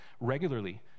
regularly